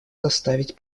заставить